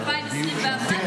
2021,